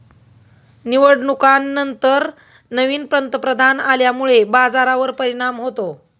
निवडणुकांनंतर नवीन पंतप्रधान आल्यामुळे बाजारावर परिणाम होतो